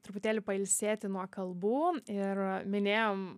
truputėlį pailsėti nuo kalbų ir minėjom